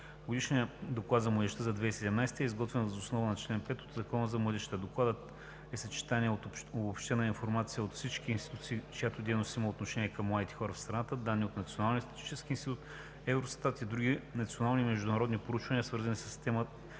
Годишният доклад за младежта за 2017 г. е изготвен въз основа на чл. 5 от Закона за младежта. Докладът е съчетание от обобщената информация от всички институции, чиято дейност има отношение към младите хора в страната, данни от Националния статистически институт, Евростат и други национални и международни проучвания, свързани с